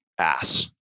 ass